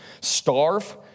starve